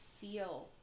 feel